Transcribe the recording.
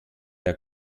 der